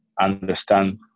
understand